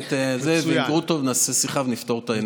המנהלת ועם גרוטו, נעשה שיחה ונפתור את העניין.